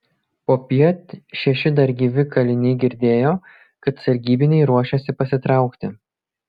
popiet šeši dar gyvi kaliniai girdėjo kad sargybiniai ruošiasi pasitraukti